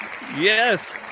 Yes